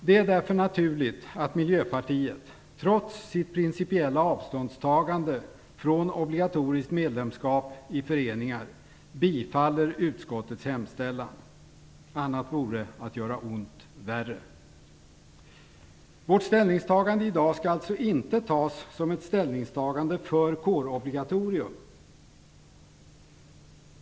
Det är därför naturligt att Miljöpartiet, trots sitt principiella avståndstagande från obligatoriskt medlemskap i föreningar, bifaller utskottets hemställan. Annat vore att göra ont värre. Vårt ställningstagande i dag skall alltså inte tas som ett ställningstagande för kårobligatorium.